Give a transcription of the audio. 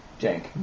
Jank